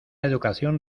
educación